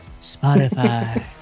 Spotify